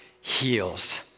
heals